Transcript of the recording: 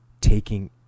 taking